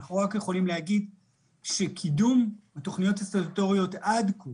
אנחנו רק יכולים להגיד שקידום התוכניות הסטטוטוריות עד כה